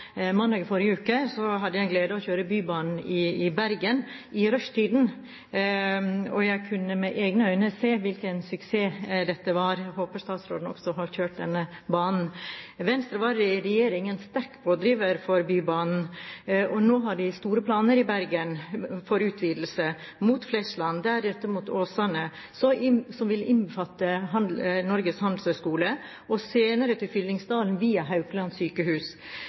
kjøre med Bybanen i Bergen i rushtiden. Jeg kunne med egne øyne se hvilken suksess dette var. Jeg håper statsråden også har kjørt med denne banen. Venstre var i regjering en sterk pådriver for Bybanen. Nå har de store planer i Bergen om utvidelse mot Flesland, deretter mot Åsane, som vil innbefatte Norges Handelshøyskole, og senere til Fyllingsdalen via Haukeland sykehus.